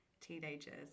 teenagers